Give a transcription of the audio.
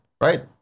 Right